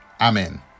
Amen